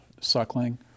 suckling